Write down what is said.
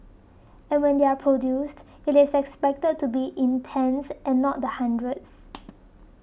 and when they are produced it is expected to be in tens and not the hundreds